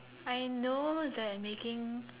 I know that making